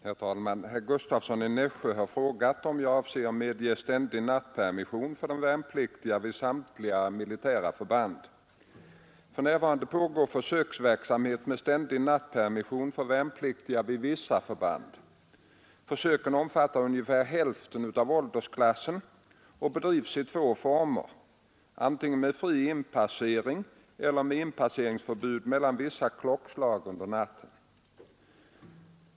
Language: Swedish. Herr talman! Herr Gustavsson i Nässjö har frågat om jag avser att medge ständig nattpermission för de värnpliktiga vid samtliga militära förband. För närvarande pågår försöksverksamhet med ständig nattpermission för värnpliktiga vid vissa förband. Försöken omfattar ungefär hälften av åldersklassen och bedrivs i två former, antingen med fri inpassering eller med inpasseringsförbud mellan vissa klockslag under natten.